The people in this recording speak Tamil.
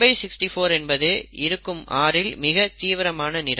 164 என்பது இருக்கும் 6 இல் மிக தீவிரமான நிறம்